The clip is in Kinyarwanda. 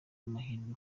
amahirwe